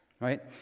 right